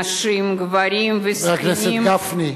נשים, גברים וזקנים, חבר הכנסת גפני,